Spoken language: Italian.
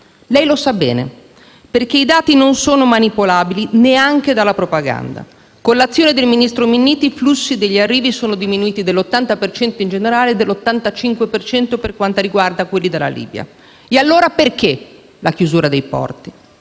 Lei lo sa bene, perché i dati non sono manipolabili, neanche dalla propaganda. Con l'azione del ministro Minniti i flussi degli arrivi sono diminuiti dell'80 per cento, in generale, e dell'85 per cento per quanto riguarda quelli provenienti dalla Libia. Perché, allora, la chiusura dei porti?